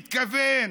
במתכוון?